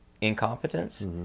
incompetence